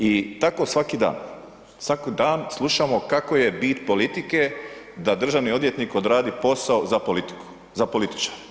I tako svaki dan, svaki dan slušamo kako je bit politike da državni odvjetnik odradi posao za politiku, za političare.